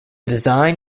design